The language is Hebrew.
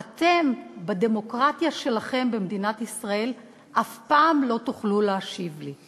אתם בדמוקרטיה שלכם במדינת ישראל אף פעם לא תוכלו להשיב לי.